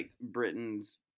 Britain's